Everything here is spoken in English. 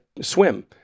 swim